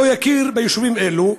לא יכיר ביישובים אלו?